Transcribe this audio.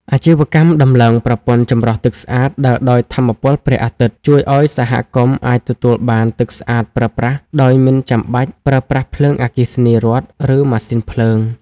អាជីវកម្មតម្លើងប្រព័ន្ធចម្រោះទឹកស្អាតដើរដោយថាមពលព្រះអាទិត្យ ជួយឱ្យសហគមន៍អាចទទួលបានទឹកស្អាតប្រើប្រាស់ដោយមិនចាំបាច់ប្រើប្រាស់ភ្លើងអគ្គិសនីរដ្ឋ ឬម៉ាស៊ីនភ្លើង។